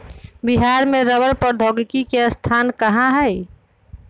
बिहार में रबड़ प्रौद्योगिकी के संस्थान कहाँ हई?